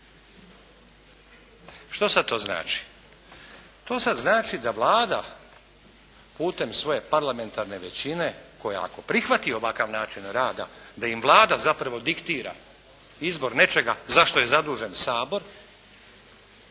Što sad to znači?